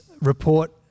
report